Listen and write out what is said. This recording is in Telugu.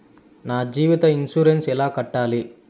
నా జీవిత ఇన్సూరెన్సు ఎలా కట్టాలి?